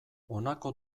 honako